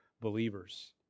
believers